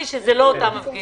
הבנתי שאלו לא אותם מפגינים,